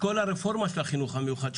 כל הרפורמה של החינוך המיוחד,